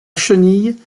chenille